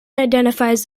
identifies